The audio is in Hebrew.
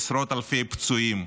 לעשרות אלפי פצועים,